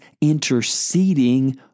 interceding